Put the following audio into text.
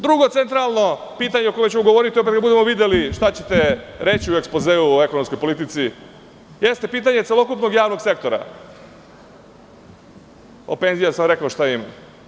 Drugo centralno pitanje o čemu ćemo govoriti kada budemo videli šta ćete reći u ekspozeu o ekonomskoj politici, jeste pitanje celokupnog javnog sektora, a o penzijama sam rekao šta imam.